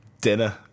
dinner